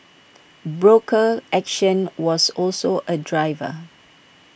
broker action was also A driver